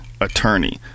attorney